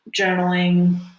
journaling